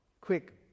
quick